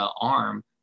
arm